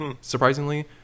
Surprisingly